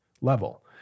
level